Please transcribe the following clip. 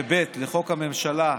ו-(ב) לחוק הממשלה,